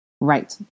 Right